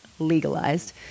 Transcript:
Legalized